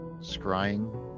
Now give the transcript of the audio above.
Scrying